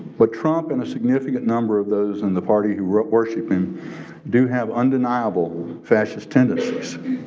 but trump and a significant number of those in the party who wrote worshiping do have undeniable fascist tendencies